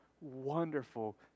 wonderful